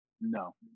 No